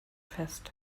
fest